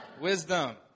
Wisdom